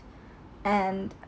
and